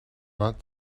not